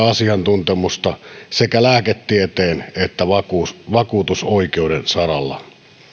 asiantuntemusta sekä lääketieteen että vakuutusoikeuden saralla